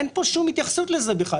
אין פה שום התייחסות לזה בכלל,